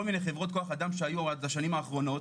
מיני חברות כוח אדם שהיו בשנים האחרונות,